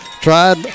Tried